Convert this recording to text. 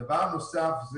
דבר נוסף,